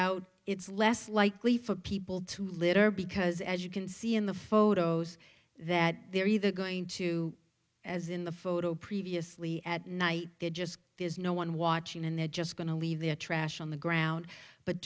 out it's less likely for people to litter because as you can see in the photos that they're either going to as in the photo previously at night they just there's no one watching and they're just going to leave their trash on the ground but